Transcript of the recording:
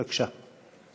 בבקשה.